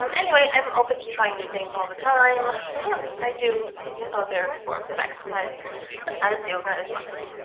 um anyway, i'm open to trying new things all the time so yeah, i do other forms of exercise besides yoga as well.